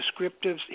descriptives